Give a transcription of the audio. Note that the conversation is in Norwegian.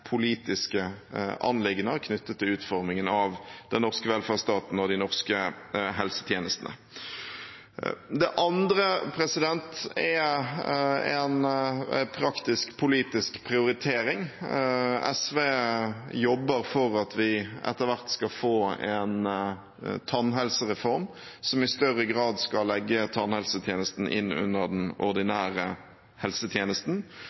politiske anliggender knyttet til utformingen av den norske velferdsstaten og de norske helsetjenestene. Den andre grunnen er en praktisk politisk prioritering. SV jobber for at vi etter hvert skal få en tannhelsereform som i større grad skal legge tannhelsetjenesten inn under den ordinære helsetjenesten,